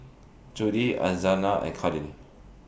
Judie and Kadin